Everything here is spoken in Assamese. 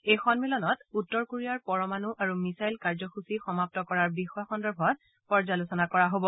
এই সন্মিলনত উত্তৰ কোৰিয়াৰ পৰমাণু আৰু মিছাইল কাৰ্যসূচী সমাপ্ত কৰা বিষয় সন্দৰ্ভত পৰ্যালোচনা কৰা হ'ব